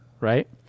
right